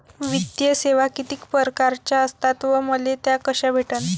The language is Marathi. वित्तीय सेवा कितीक परकारच्या असतात व मले त्या कशा भेटन?